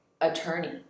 attorney